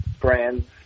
brands